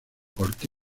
corte